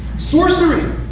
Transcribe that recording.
sorcery.